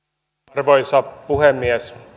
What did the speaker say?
arvoisa puhemies